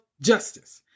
Justice